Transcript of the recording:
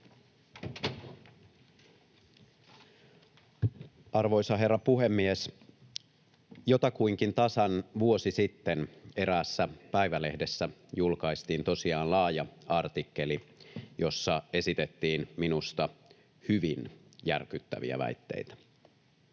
Arvoisa herra puhemies! Jotakuinkin tasan vuosi sitten eräässä päivälehdessä julkaistiin tosiaan laaja artikkeli, jossa esitettiin minusta hyvin järkyttäviä väitteitä.